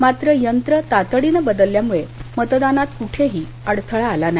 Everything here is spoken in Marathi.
मात्र यंत्र तातडीनं बदलल्यामुळे मतदानात कुठंही अडथळा आला नाही